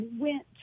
went